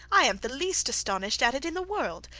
i an't the least astonished at it in the world,